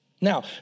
Now